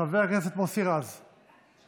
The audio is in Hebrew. חבר הכנסת מוסי רז, בבקשה.